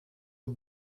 aux